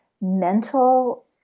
mental